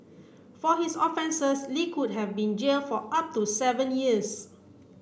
for his offences Li could have been jailed for up to seven years